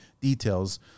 details